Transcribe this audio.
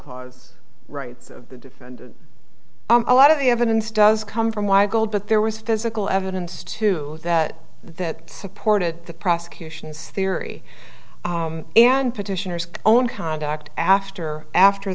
clause rights of the defendant a lot of the evidence does come from why gold but there was physical evidence to that that supported the prosecution's theory and petitioner's own conduct after after